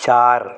चार